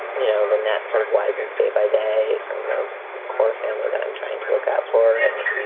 you know, the net sort of widens day by day from the core family that i'm trying to look out for and,